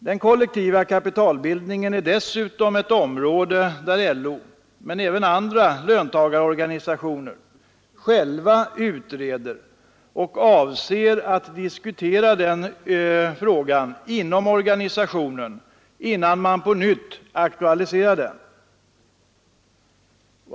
Den kollektiva kapitalbildningen är dessutom något som LO men även andra löntagarorganisationer själva utreder, och man avser att diskutera frågan inom organisationen innan man på nytt aktualiserar den.